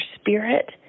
spirit